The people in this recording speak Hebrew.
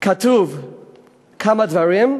כתוב כמה דברים,